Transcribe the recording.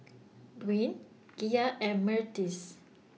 Dawne Gia and Myrtis